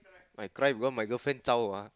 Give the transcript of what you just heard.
I cry because my girlfriend zhao ah